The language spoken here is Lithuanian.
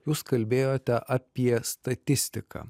jūs kalbėjote apie statistiką